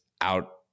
out